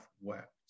wept